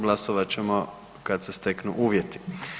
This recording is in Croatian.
Glasovat ćemo kad se steknu uvjeti.